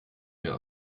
mir